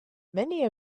many